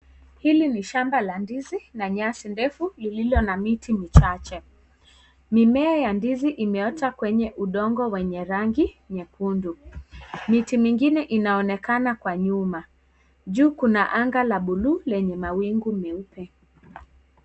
Hili ni shamba la ndizi na nyasi ndefu lilo na miti michache, mimea ya ndizi imeota kwenye udongo wenye rangi nyekundu, miti mingine inaonekana kwa nyuma, juu kuna anga la bulu lenye mawingu meupe.